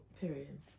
Period